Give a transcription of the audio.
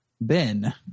Ben